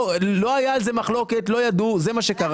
לא הייתה על זה מחלוקת, זה מה שקרה.